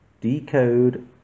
decode